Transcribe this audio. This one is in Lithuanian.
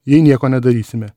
jei nieko nedarysime